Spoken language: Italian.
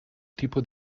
tipo